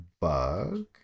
bug